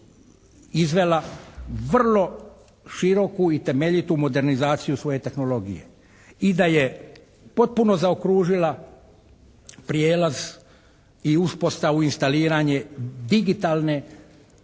izvela vrlo široku i temeljitu modernizaciju svoje tehnologije i da je potpuno zaokružila prijelaz i uspostavu instaliranja digitalne